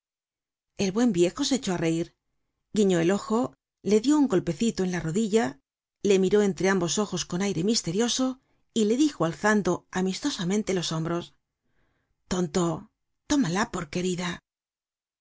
el buen viejo se echó á reir guiñó el ojo le dió un golpecito en la rodilla le miró entre ambos ojos con aire misterioso y le dijo alzando amistosamente los hombros tonto tómala por querida